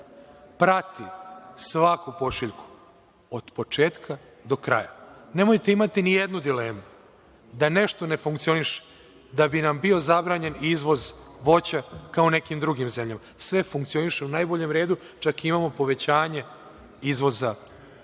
prati svaku pošiljku od početka do kraja. Nemojte imati ni jednu dilemu da nešto ne funkcioniše, da bi nam bio zabranjen izvoz voća kao nekim drugim zemljama. Sve funkcioniše u najboljem redu, čak imamo povećanje izvoza neke